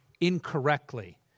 incorrectly